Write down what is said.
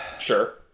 Sure